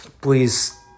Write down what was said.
Please